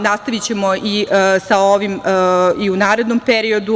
Nastavićemo i sa ovim i u narednom periodu.